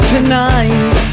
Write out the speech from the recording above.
Tonight